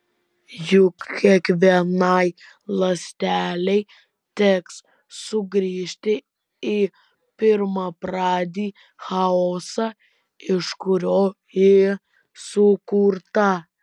juk kiekvienai ląstelei teks sugrįžti į pirmapradį chaosą iš kurio ji sukurta